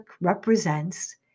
represents